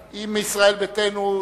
ואחריו, ישראל ביתנו.